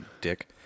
dick